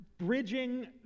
Bridging